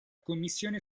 commissione